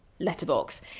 Letterbox